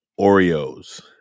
Oreos